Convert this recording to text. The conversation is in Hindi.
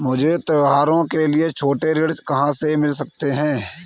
मुझे त्योहारों के लिए छोटे ऋण कहाँ से मिल सकते हैं?